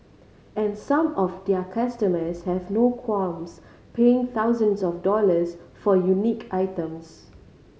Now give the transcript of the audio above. and some of their customers have no qualms paying thousands of dollars for unique items